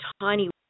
tiny